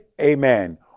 Amen